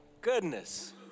goodness